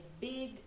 big